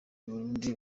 burundi